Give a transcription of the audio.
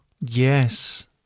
Yes